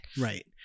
Right